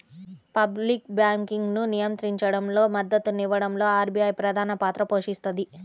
public బ్యాంకింగ్ను నియంత్రించడంలో, మద్దతునివ్వడంలో ఆర్బీఐ ప్రధానపాత్ర పోషిస్తది